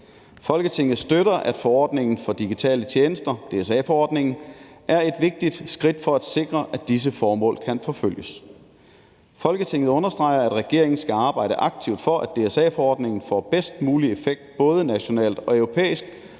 Folketinget støtter, at forordningen for digitale tjenester (DSA-forordningen) er et vigtigt skridt i at sikre, at disse formål kan forfølges. Folketinget understreger, at regeringen skal arbejde aktivt for, at DSA-forordningen får bedst mulig effekt både nationalt og europæisk